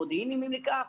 מודיעין אם ניקח,